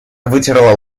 вытерла